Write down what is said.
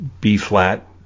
B-flat